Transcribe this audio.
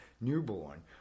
newborn